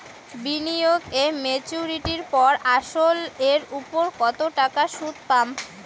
বিনিয়োগ এ মেচুরিটির পর আসল এর উপর কতো টাকা সুদ পাম?